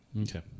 Okay